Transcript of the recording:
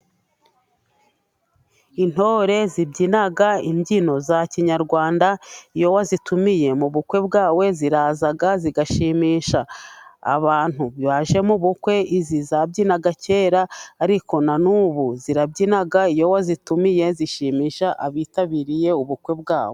intore zibyina imbyino za kinyarwanda. Iyo wazitumiye mu bukwe bwawe, ziraza zigashimisha abantu baje mu bukwe. Izi zabyinaga kera ariko na n'ubu zirabyina, iyo wazitumiye zishimisha abitabiriye ubukwe bwawe.